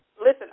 Listen